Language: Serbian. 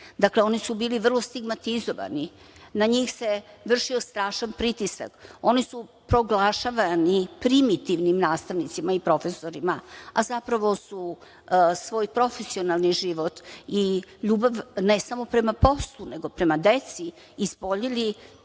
Dakle, oni su bili vrlo stigmatizovani. Na njih se vršio strašan pritisak. Oni su proglašavani primitivnim nastavnicima i profesorima, a zapravo su svoj profesionalni život i ljubav, ne samo prema poslu, nego prema deci, ispoljili